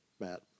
Matt